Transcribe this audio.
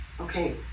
Okay